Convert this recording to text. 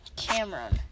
Cameron